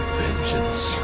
vengeance